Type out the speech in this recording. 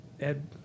Ed